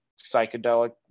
psychedelic